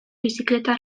bizikleta